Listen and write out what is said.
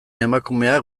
emakumeak